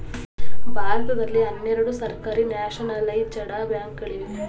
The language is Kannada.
ಭಾರತದಲ್ಲಿ ಹನ್ನೆರಡು ಸರ್ಕಾರಿ ನ್ಯಾಷನಲೈಜಡ ಬ್ಯಾಂಕ್ ಗಳಿವೆ